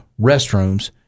restrooms